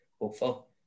hopeful